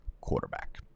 quarterback